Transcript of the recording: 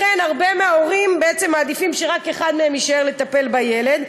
לכן רבים מההורים מעדיפים שרק אחד מהם יישאר לטפל בילד,